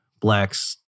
Blacks